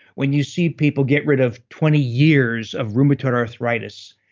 when you see people get rid of twenty years of rheumatoid arthritis,